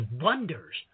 wonders